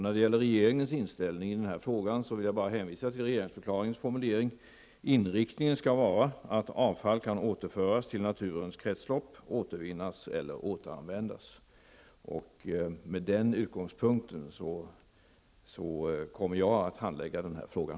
När det gäller regeringens inställning i den här frågan vill jag bara hänvisa till regeringsförklaringens formulering att inriktningen skall vara att avfall kan återföras till naturens kretslopp, återvinnas eller återanvändas. Med den utgångspunkten kommer jag att handlägga frågan.